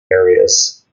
areas